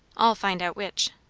i'll find out which.